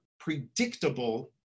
Predictable